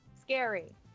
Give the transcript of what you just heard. Scary